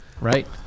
Right